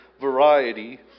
variety